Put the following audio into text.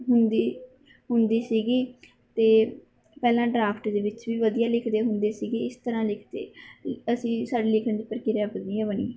ਹੁੰਦੀ ਹੁੰਦੀ ਸੀਗੀ ਅਤੇ ਪਹਿਲਾਂ ਡਰਾਫਟ ਦੇ ਵਿੱਚ ਵੀ ਵਧੀਆ ਲਿਖਦੇ ਹੁੰਦੇ ਸੀਗੇ ਇਸ ਤਰ੍ਹਾਂ ਲਿਖਦੇ ਅਸੀਂ ਸਾਡੇ ਲਿਖਣ ਦੀ ਪ੍ਰਕਿਰਿਆ ਵਧੀਆ ਬਣੀ